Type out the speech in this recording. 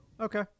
Okay